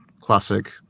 classic